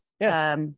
Yes